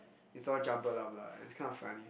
it's all jumbled up lah and it's kind of funny